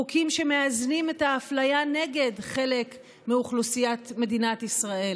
חוקים שמאזנים את האפליה נגד חלק מאוכלוסיית מדינת ישראל,